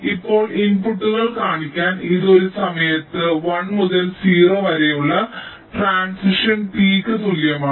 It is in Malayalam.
ഇപ്പോൾ ഇൻപുട്ടുകൾ കാണിക്കാൻ ഇത് ഒരു സമയത്ത് 1 മുതൽ 0 വരെയുള്ള ട്രാന്സിഷൻ t ക്ക് തുല്യമാണ്